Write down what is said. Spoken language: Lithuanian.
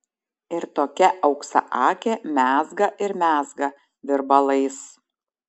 ir tokia auksaakė mezga ir mezga virbalais